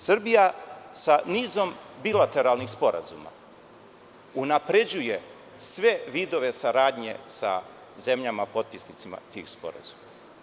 Srbija sa nizom bilateralnih sporazuma unapređuje sve vidove saradnje sa zemljama potpisnicama tih sporazuma.